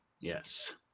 Yes